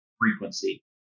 frequency